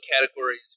categories